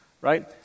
right